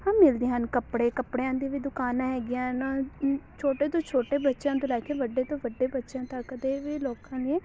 ਹਾਂ ਮਿਲਦੇ ਹਨ ਕੱਪੜੇ ਕੱਪੜਿਆਂ ਦੀ ਵੀ ਦੁਕਾਨਾਂ ਹੈਗੀਆਂ ਇਹਨਾਂ ਛੋਟੇ ਤੋਂ ਛੋਟੇ ਬੱਚਿਆਂ ਤੋ ਲੈ ਕੇ ਵੱਡੇ ਤੋਂ ਵੱਡੇ ਬੱਚਿਆਂ ਤੱਕ ਦੇ ਵੀ ਲੋਕਾਂ ਨੇ